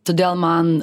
todėl man